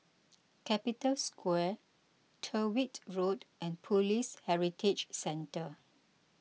Capital Square Tyrwhitt Road and Police Heritage Centre